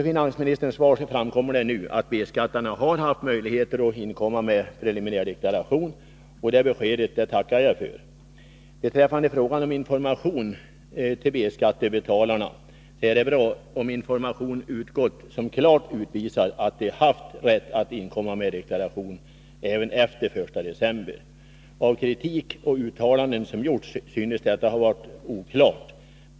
Av finansministerns svar framgår nu att B-skattebetalarna har haft möjligheter att inkomma med preliminär deklaration, och det beskedet tackar jag för. 113 Beträffande frågan om information till B-skattebetalarna är det bra om information utgått som klart utvisar att de haft rätt att inkomma med deklaration även efter den 1 december. Av kritik och uttalanden som förekommit synes detta ha varit oklart.